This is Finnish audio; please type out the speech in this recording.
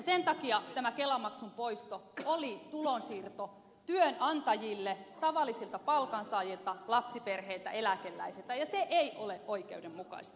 sen takia kelamaksun poisto oli tulonsiirto työnantajille tavallisilta palkansaajilta lapsiperheiltä eläkeläisiltä ja se ei ole oikeudenmukaista